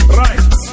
right